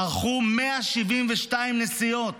ערכו 172 נסיעות